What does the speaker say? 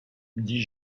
dit